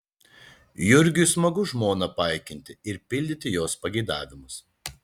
jurgiui smagu žmoną paikinti ir pildyti jos pageidavimus